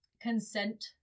consent